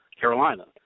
Carolina